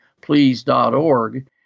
please.org